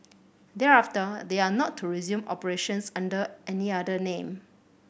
thereafter they are not to resume operations under any other name